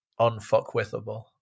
unfuckwithable